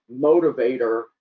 motivator